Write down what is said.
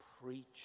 Preach